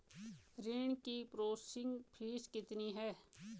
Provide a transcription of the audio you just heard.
ऋण की processing fees कितनी है?